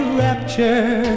rapture